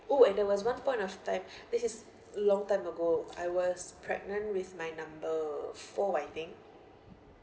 oh and there was one point of time this is long time ago I was pregnant with my number four I think